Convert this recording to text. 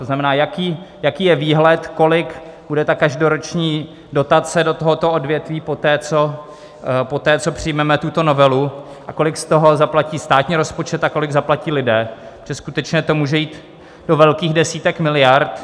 To znamená, jaký je výhled, kolik bude ta každoroční dotace do tohoto odvětví poté, co přijmeme tuto novelu, a kolik z toho zaplatí státní rozpočet a kolik zaplatí lidé, protože to může jít do velkých desítek miliard.